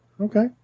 Okay